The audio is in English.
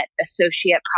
associate